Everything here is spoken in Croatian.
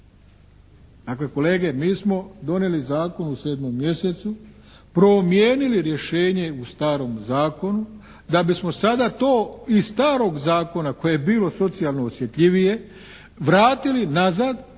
Dakle, kolege mi smo donijeli zakon u sedmom mjesecu, promijenili rješenje u starom zakonu da bismo sada to iz starog zakona koje je bilo socijalno osjetljivije vratili nazad